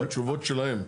לא, התשובות שלהם.